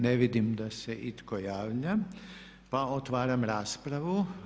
Ne vidim da se itko javlja, pa otvaram raspravu.